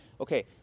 Okay